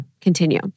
continue